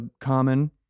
common